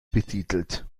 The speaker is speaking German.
betitelt